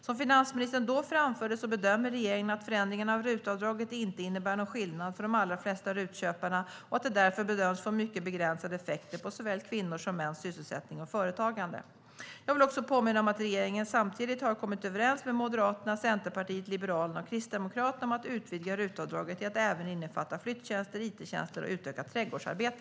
Som finansministern då framförde bedömer regeringen att förändringarna av RUT-avdraget inte innebär någon skillnad för de allra flesta RUT-köpare och att de därför bedöms få mycket begränsade effekter på såväl kvinnors som mäns sysselsättning och företagande. Jag vill också påminna om att regeringen samtidigt har kommit överens med Moderaterna, Centerpartiet, Liberalerna och Kristdemokraterna om att utvidga RUT-avdraget till att även innefatta flyttjänster, it-tjänster och utökat trädgårdsarbete.